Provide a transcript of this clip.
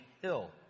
hill